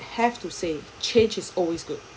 have to say change is always good